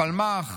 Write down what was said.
הפלמ"ח